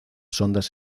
sondas